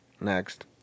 next